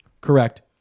Correct